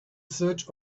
search